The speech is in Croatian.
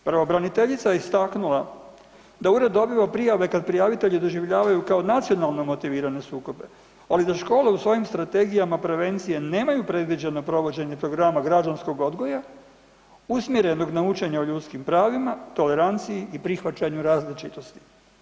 Pravobraniteljica je istaknula da Ured dobiva prijave kad prijavitelji doživljavaju kao nacionalno motivirane sukobe, ali da škole u svojim strategijama prevencije nemaju predviđeno provođenje programa građanskog odgoja usmjerenog na učenje o ljudskim pravima, toleranciji i prihvaćanju različitosti.